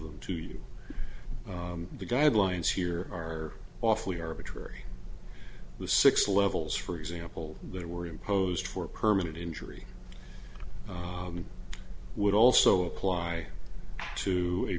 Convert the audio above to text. them to you the guidelines here are awfully arbitrary the six levels for example that were imposed for a permanent injury would also apply to a